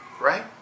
right